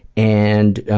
and